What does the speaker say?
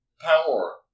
power